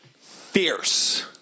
fierce